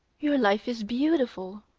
your life is beautiful.